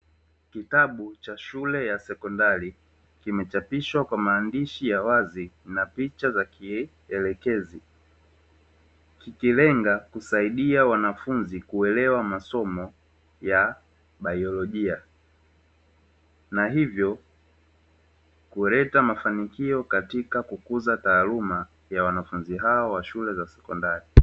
Kitabu cha shule ya sekondari kimechapishwa kwa maandishi ya wazi na picha za kielekezi, kikilenga kusaidia wanafunzi kuelewa masomo ya biolojia, na hivyo kuleta mafanikio katika kukuza taaluma ya wanafunzi hao wa shule za sekondari.